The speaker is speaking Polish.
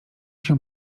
się